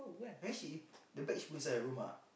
then she the bag she put inside her room ah